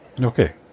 Okay